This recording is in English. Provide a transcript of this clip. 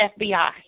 FBI